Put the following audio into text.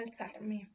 alzarmi